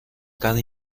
cada